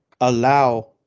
allow